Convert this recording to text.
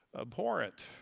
abhorrent